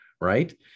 right